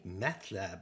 MATLAB